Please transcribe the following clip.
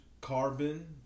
Carbon